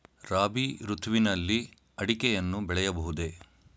ರಾಬಿ ಋತುವಿನಲ್ಲಿ ಅಡಿಕೆಯನ್ನು ಬೆಳೆಯಬಹುದೇ?